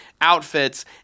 outfits